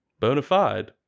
Bonafide